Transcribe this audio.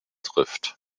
trifft